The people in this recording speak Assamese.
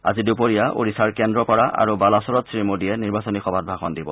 আজি দুপৰীয়া ওড়িশাৰ কেন্দ্ৰপাৰা আৰু বালাচৰত শ্ৰীমোদীয়ে নিৰ্বাচনী সভাত ভাষণ দিব